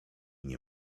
nie